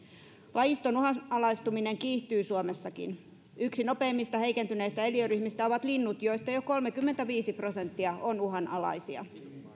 lajiston uhanalaistuminen kiihtyy suomessakin yksi nopeimmin heikentyneistä eliöryhmistä ovat linnut joista jo kolmekymmentäviisi prosenttia on uhanalaisia